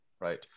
right